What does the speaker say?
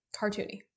cartoony